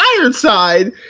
Ironside